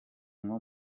nko